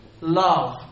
Love